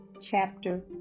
chapter